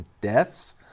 deaths